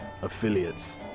Affiliates